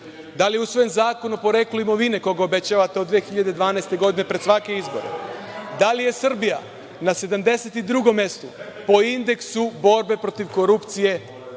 li je usvojen zakon o poreklu imovine koji obećavate od 2012. godine, pred svake izbore? Da li je Srbija na 72. mestu po indeksu borbe protiv korupcije,